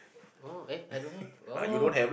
orh eh I don't have orh